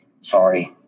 Sorry